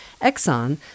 Exxon